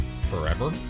forever